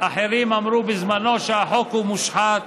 אחרים אמרו בזמנו שהחוק הוא מושחת,